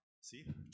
See